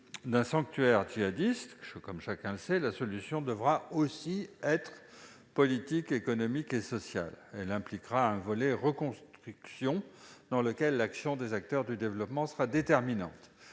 d'un sanctuaire djihadiste. Comme chacun le sait, la solution devra aussi être politique, économique et sociale. Elle impliquera un volet « reconstruction », dans lequel l'action des acteurs du développement sera déterminante.